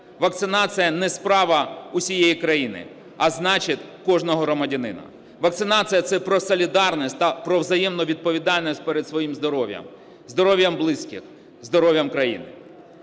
вакцинація не справа усієї країни, а значить кожного громадянина. Вакцинація – це про солідарність та про взаємну відповідальність перед своїм здоров'ям, здоров'ям близьких, здоров'ям країни.